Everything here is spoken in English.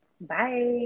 Bye